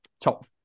top